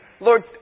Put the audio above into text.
Lord